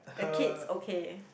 the kids okay